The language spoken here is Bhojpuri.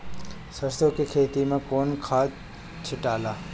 सरसो के खेती मे कौन खाद छिटाला?